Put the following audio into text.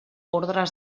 ordres